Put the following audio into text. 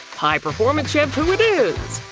high-performance shampoo it is!